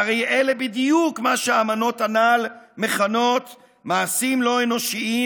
והרי אלה בדיוק מה שהאמנות הנ"ל מכנות מעשים לא אנושיים